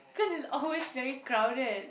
cause it's always very crowded